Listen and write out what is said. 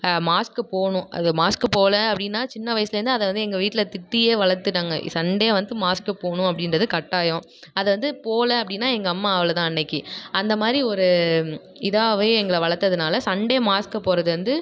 மாஸுக்கு போகணும் அது மாஸுக்கு போகல அப்படின்னா சின்ன வயசுலேருந்து அதை வந்து எங்கள் வீட்டில் திட்டியே வளர்த்துட்டாங்க சண்டே வந்து மாஸுக்கு போகணும் அப்படின்றது கட்டாயம் அதை வந்து போகல அப்படின்னா எங்கம்மா அவ்வளோதான் அன்னைக்கு அந்தமாதிரி ஒரு இதாகவே எங்களை வளர்த்ததுனால சண்டே மாஸுக்கு போகிறது வந்து